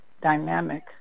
dynamic